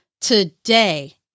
today